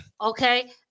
Okay